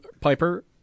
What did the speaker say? Piper